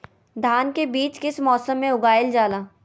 धान के बीज किस मौसम में उगाईल जाला?